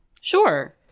Sure